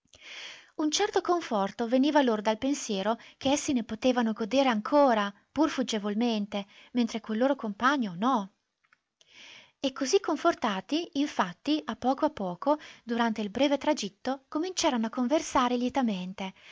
un certo conforto veniva loro dal pensiero che essi ne potevano godere ancora pur fuggevolmente mentre quel loro compagno no e così confortati in fatti a poco a poco durante il breve tragitto cominciarono a conversare lietamente